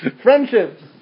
Friendships